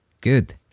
Good